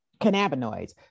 cannabinoids